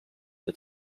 for